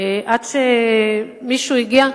עד שמישהו הגיע,